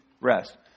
rest